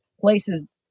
places